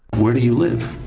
where do you live?